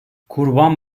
kurban